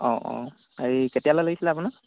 অ অ হেৰি কেতিয়ালৈ লাগিছিলে আপোনাক